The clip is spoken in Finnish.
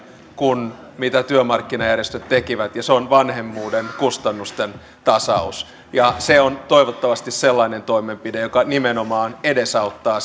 kuin mitä työmarkkinajärjestöt tekivät ja se on vanhemmuuden kustannusten tasaus ja se on toivottavasti sellainen toimenpide joka nimenomaan edesauttaa